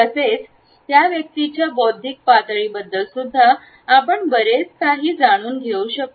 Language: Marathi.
तसेच त्या व्यक्तीच्या बौद्धिक पातळी बद्दल सुद्धा आपण बरेच काही जाणून घेऊ शकतो